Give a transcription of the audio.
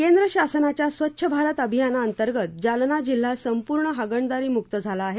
केंद्र शासनाच्या स्वच्छ भारत अभियानांतर्गत जालना जिल्हा संपूर्ण हगणदारीमुक्त झाला आहे